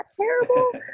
terrible